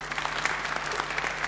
(מחיאות כפיים)